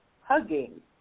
hugging